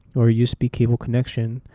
or a usb cable connection,